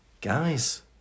Guys